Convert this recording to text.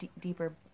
deeper